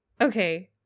Okay